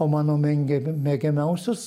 o mano mėnge mėgiamiausias